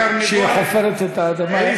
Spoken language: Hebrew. כשהיא חופרת את האדמה,